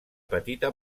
petita